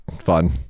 fun